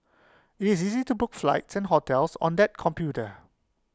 IT is easy to book flights and hotels on that computer